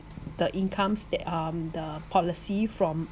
the incomes that um the policy from